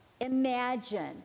imagine